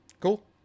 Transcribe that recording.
Cool